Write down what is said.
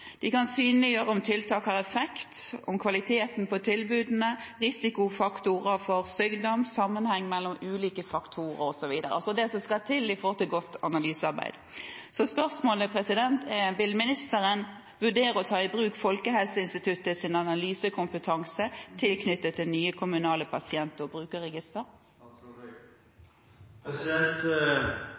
de kan synliggjøre om tiltak har effekt, om kvaliteten på tilbudene, risikofaktorer for sykdom, sammenheng mellom ulike faktorer osv. – det som skal til i godt analysearbeid. Spørsmålet er: Vil ministeren vurdere å ta i bruk Folkehelseinstituttets analysekompetanse tilknyttet det nye kommunale pasient- og brukerregister?